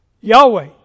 Yahweh